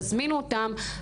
תזמינו אותם,